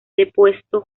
depuesto